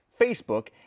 Facebook